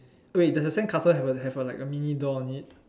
wait does your sandcastle have a have a like a mini door on it